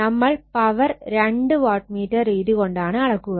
നമ്മൾ പവർ രണ്ട് wattmeter രീതി കൊണ്ടാണ് അളക്കുക